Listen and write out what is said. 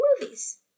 movies